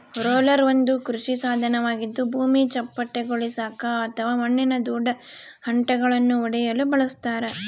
roller ಒಂದು ಕೃಷಿ ಸಾಧನವಾಗಿದ್ದು ಭೂಮಿ ಚಪ್ಪಟೆಗೊಳಿಸಾಕ ಅಥವಾ ಮಣ್ಣಿನ ದೊಡ್ಡ ಹೆಂಟೆಳನ್ನು ಒಡೆಯಲು ಬಳಸತಾರ